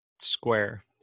square